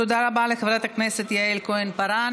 תודה רבה לחברת הכנסת יעל כהן-פארן.